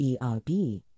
ERB